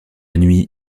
nuit